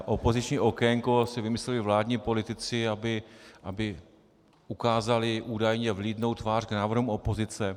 Opoziční okénko si vymysleli vládní politici, aby ukázali údajně vlídnou tvář k návrhům opozice.